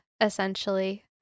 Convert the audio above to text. essentially